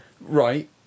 Right